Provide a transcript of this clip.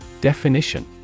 Definition